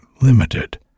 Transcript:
limited